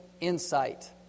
insight